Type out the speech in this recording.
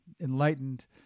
enlightened